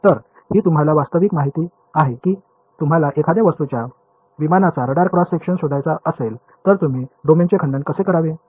तर ही तुम्हाला वास्तविक माहिती आहे की तुम्हाला एखाद्या वस्तूच्या विमानाचा रडार क्रॉस सेक्शन शोधायचा असेल तर तुम्ही डोमेनचे खंडन कसे करावे ते